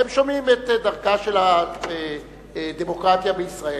הם שומעים את דרכה של הדמוקרטיה בישראל,